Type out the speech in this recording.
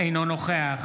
אינו נוכח